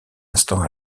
instant